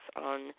on